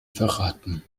verraten